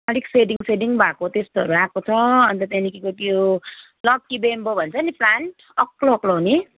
अलिक setting setting भएको त्यस्तोहरू आएको छ अन्त त्यहाँदेखिको त्यो लकी बेम्बो भन्छ नि प्लान्ट अग्लो अग्लो हुने